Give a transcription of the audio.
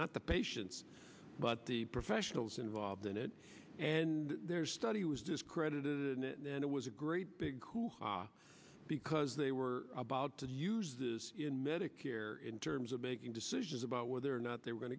not the patients but the professionals involved in it and their study was discredited and it was a great big hoo ha because they were about to use this in medicare in terms of making decisions about whether or not they were going